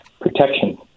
protection